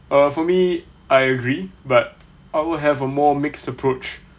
err for me I agree but I will have a more mixed approach